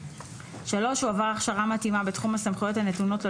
הוא עבר הכשרה מתאימה בתחום הסמכויות הנתונות לו